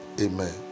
Amen